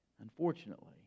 unfortunately